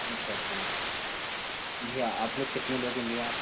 अच्छा अच्छा भईया आप लोग कितने लोग है भईया आप